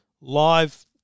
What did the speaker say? live